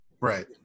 Right